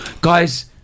Guys